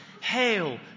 Hail